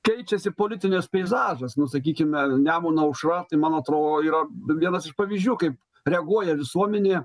keičiasi politinis peizažas nu sakykime nemuno aušra tai man atrodo yra vienas iš pavyzdžių kaip reaguoja visuomenė